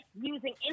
using